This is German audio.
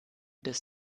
des